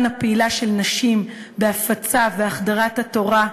הפעילה של נשים בהפצה והחדרה של התורה,